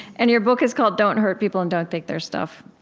and your book is called, don't hurt people and don't take their stuff.